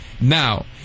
Now